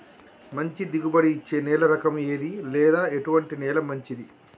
మంచి దిగుబడి ఇచ్చే నేల రకం ఏది లేదా ఎటువంటి నేల మంచిది?